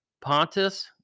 Pontus